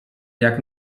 jak